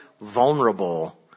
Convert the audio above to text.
vulnerable